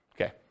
Okay